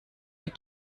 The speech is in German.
die